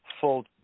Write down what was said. full